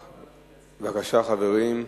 בבקשה, חברים.